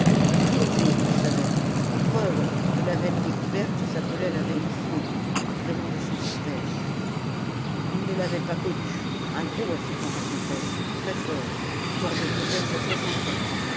tout le pays le savait à preuve que la veine découverte s'appelait la veine guillaume du prénom de son grand-père il ne l'avait pas connu un gros à ce qu'on racontait très fort mort de vieillesse à soixante ans